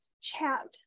chat